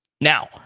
Now